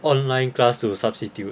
online class to substitute